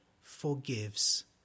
forgives